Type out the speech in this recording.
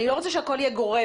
אני לא רוצה שהכול יהיה גורף,